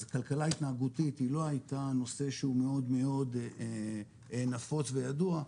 אז כלכלה התנהגותית לא היתה נושא שהוא מאוד נפוץ וידוע,